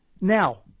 Now